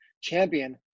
champion